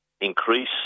increase